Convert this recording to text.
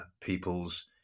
people's